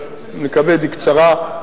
אני מקווה בקצרה,